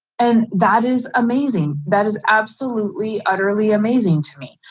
and that is amazing. that is absolutely utterly amazing to me.